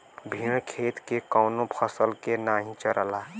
भेड़ खेत के कवनो फसल के नाही चरला